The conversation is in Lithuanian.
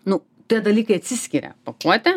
nu tie dalykai atsiskiria pakuotė